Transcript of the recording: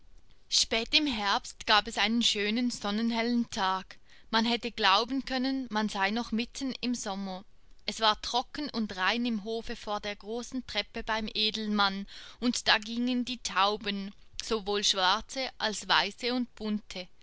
spät im herbst gab es einen schönen sonnenhellen tag man hätte glauben können man sei noch mitten im sommer es war trocken und rein im hofe vor der großen treppe beim edelmann und da gingen die tauben sowohl schwarze als weiße und bunte